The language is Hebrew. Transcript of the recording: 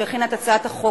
שהכינה את הצעת החוק,